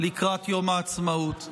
לקראת יום העצמאות.